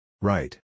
Right